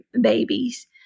babies